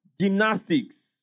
Gymnastics